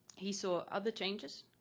he saw other changes